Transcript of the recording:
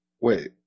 Wait